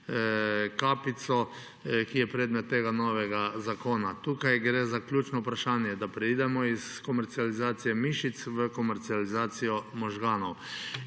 kapico, ki je predmet tega novega zakona. Tukaj gre za ključno vprašanje, da preidemo iz komercializacije mišic v komercializacijo možganov.